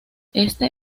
este